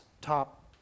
top